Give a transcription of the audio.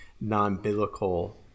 non-biblical